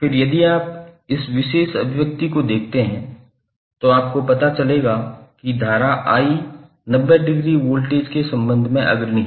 फिर यदि आप इस विशेष अभिव्यक्ति को देखते हैं तो आपको पता चलेगा कि धारा I 90 डिग्री वोल्टेज के संबंध में अग्रणी है